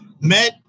met